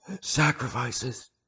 sacrifices